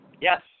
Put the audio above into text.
Yes